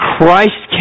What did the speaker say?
Christ